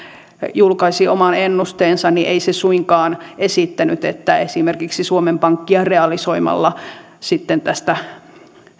julkaisi oman ennusteensa niin ei se suinkaan esittänyt että esimerkiksi suomen pankkia realisoimalla sitten tästä